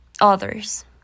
others